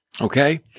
Okay